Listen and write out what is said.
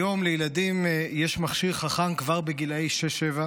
היום לילדים יש מכשיר חכם כבר בגילי שש-שבע,